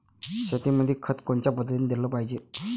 शेतीमंदी खत कोनच्या पद्धतीने देलं पाहिजे?